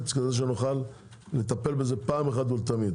משהו כדי שנוכל לטפל בזה פעם אחת ולתמיד.